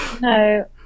No